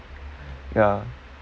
ya